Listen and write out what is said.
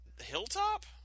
Hilltop